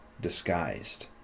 disguised